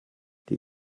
die